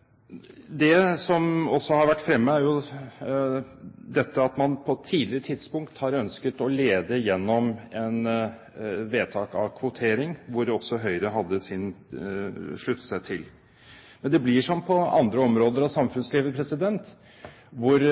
har holdningene også kommet etter. Det som også har vært fremme, er dette at man på et tidligere tidspunkt har ønsket å lede gjennom vedtak om kvotering, hvor også Høyre sluttet seg til. Men det blir som på andre områder av samfunnslivet hvor